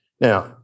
Now